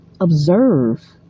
observe